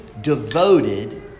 devoted